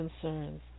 concerns